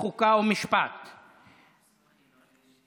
חוק ומשפט נתקבלה.